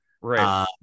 right